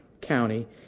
county